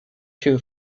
too